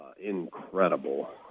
incredible